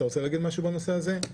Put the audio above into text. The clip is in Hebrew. אתה רוצה להגיד משהו בנושא הזה?